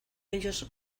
ellos